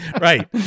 Right